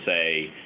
say